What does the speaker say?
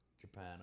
Japan